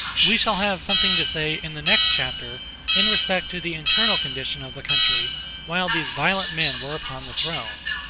we shall have something to say in the next chapter in respect to the internal condition of the country while these violent men were upon the throne.